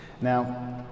now